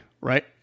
right